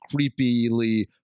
creepily